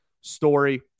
story